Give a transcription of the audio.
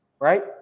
right